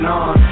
on